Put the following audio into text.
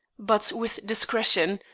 but with discretion,